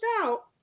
out